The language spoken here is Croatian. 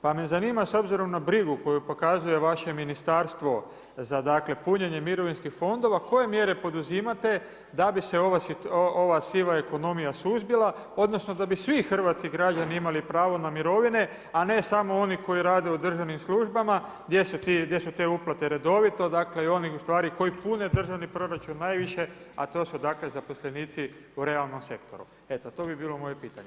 Pa me zanima s obzirom na brigu koju pokazuje vaše ministarstvo za dakle punjenje mirovinskih fondova koje mjere poduzimate da bi se ova siva ekonomija suzbila, odnosno da bi svi hrvatski građani imali pravo na mirovine a ne samo oni koji rade u državnim službama gdje su te uplate redovito dakle oni koji ustvari pune državni proračun najviše a to su dakle zaposlenici u realnom sektoru, eto to bi bilo moje pitanje.